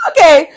Okay